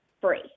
free